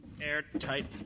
airtight